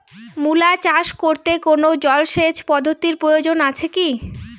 মূলা চাষ করতে কোনো জলসেচ পদ্ধতির প্রয়োজন আছে কী?